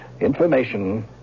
Information